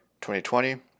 2020